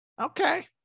okay